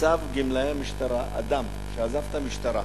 מצב גמלאי המשטרה, אדם שעזב את המשטרה,